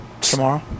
Tomorrow